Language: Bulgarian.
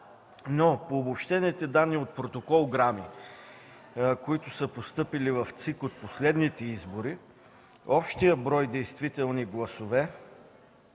Обобщените данни от протокол–ГРАМИ, които са постъпили в ЦИК от последните избори, общият брой действителни гласове